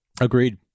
agreed